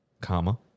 comma